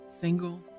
single